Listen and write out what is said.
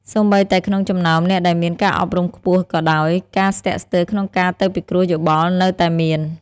សូម្បីតែក្នុងចំណោមអ្នកដែលមានការអប់រំខ្ពស់ក៏ដោយ ការស្ទាក់ស្ទើរក្នុងការទៅពិគ្រោះយោបល់នៅតែមាន។